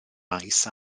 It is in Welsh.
maes